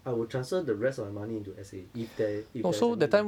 I will transfer the rest of my money into S_A if there if there's any left